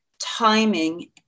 timing